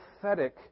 pathetic